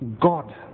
God